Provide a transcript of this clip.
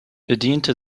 bediente